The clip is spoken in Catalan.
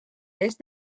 est